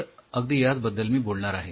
तर अगदी याच बद्दल मी बोलणार आहे